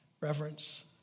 reverence